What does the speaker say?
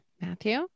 Matthew